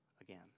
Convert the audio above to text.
again